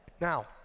Now